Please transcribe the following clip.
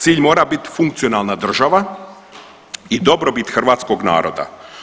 Cilj mora biti funkcionalna država i dobrobit hrvatskog naroda.